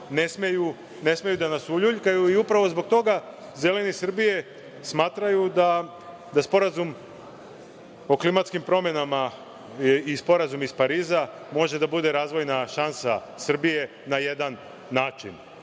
ne smeju da nas uljuljkaju, i upravo zbog toga Zeleni Srbije smatraju da Sporazum o klimatskim promenama i Sporazum iz Pariza, može da bude razvojna šansa Srbije na jedan